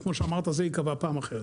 כמו שאמרת, זה ייקבע בפעם אחרת.